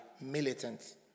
militants